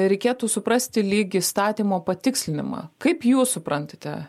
reikėtų suprasti lyg įstatymo patikslinimą kaip jūs suprantate